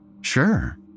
Sure